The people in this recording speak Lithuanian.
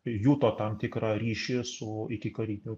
juto tam tikrą ryšį su ikikariniu